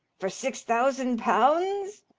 for six thousand pounds?